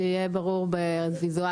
שיהיה ברור ויזואלית,